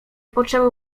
poczęły